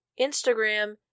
instagram